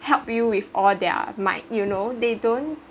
help you with all their might you know they don't